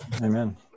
amen